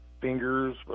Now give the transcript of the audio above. fingers